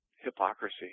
hypocrisy